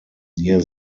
near